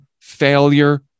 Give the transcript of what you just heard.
failure